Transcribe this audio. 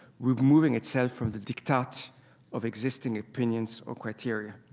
removing itself from the diktat of existing opinions or criteria.